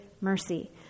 mercy